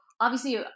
obviously-